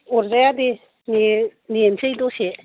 अरजाया दे ने नेनोसै दसे